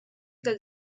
del